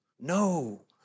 No